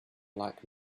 like